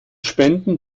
spenden